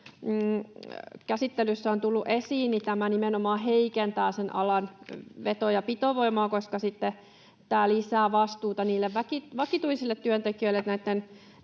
käsittelyssä on tullut esiin, tämä nimenomaan heikentää alan veto- ja pitovoimaa, koska tämä sitten lisää vastuuta niille vakituisille työntekijöille näitten